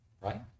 right